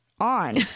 On